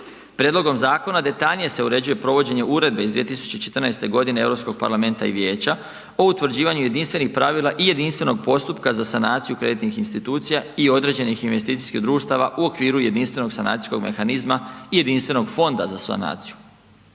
Prijedlogom zakona detaljnije se uređuje provođenje uredbe iz 2014. Europskog parlamenta i vijeća utvrđivanju jedinstvenih pravila i jedinstvenog postupka za sanaciju kreditnih institucija i određenih investicijskih društava u okviru jedinstvenog sanacijskog mehanizma i jedinstvenog fonda za sanaciju.